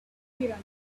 pyramids